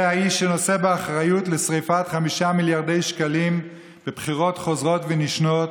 זה האיש שנושא באחריות לשרפת 5 מיליארדי שקלים על בחירות חוזרות ונשנות,